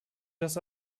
das